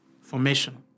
formation